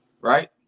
right